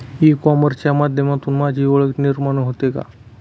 E कॉमर्सच्या माध्यमातून माझी ओळख निर्माण होते का?